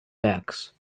backs